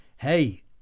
Hey